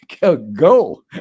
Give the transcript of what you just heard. go